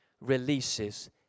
releases